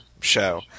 show